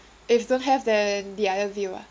if don't have then the other view lah